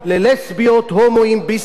ביסקסואלים וטרנסג'נדרים.